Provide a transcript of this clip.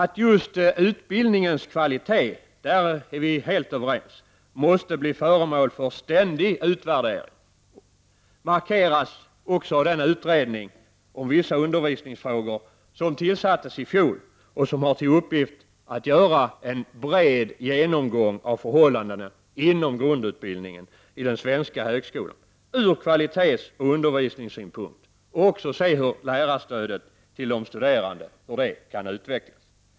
Att just utbildningens kvalitet — på den punkten är vi helt överens — ständigt måste bli föremål för utvärdering markeras också av den utredning om vissa undervisningsfrågor som tillsattes i fjol och som har till uppgift att göra en bred genomgång av förhållandena inom grundutbildningen i den svenska högskolan från kvalitetsoch undervisningssynpunkt samt av hur lärarstödet till de studerande bör utvecklas.